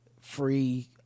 free